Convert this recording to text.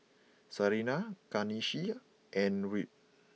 Serena Kanisha and Wirt